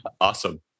Awesome